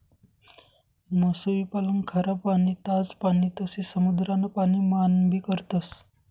मासोई पालन खारा पाणी, ताज पाणी तसे समुद्रान पाणी मान भी करतस